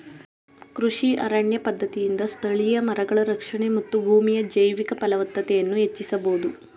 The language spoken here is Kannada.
ಕೃಷಿ ಅರಣ್ಯ ಪದ್ಧತಿಯಿಂದ ಸ್ಥಳೀಯ ಮರಗಳ ರಕ್ಷಣೆ ಮತ್ತು ಭೂಮಿಯ ಜೈವಿಕ ಫಲವತ್ತತೆಯನ್ನು ಹೆಚ್ಚಿಸಬೋದು